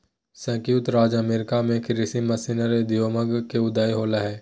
संयुक्त राज्य अमेरिका में कृषि मशीनरी उद्योग के उदय होलय हल